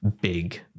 big